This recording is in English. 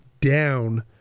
down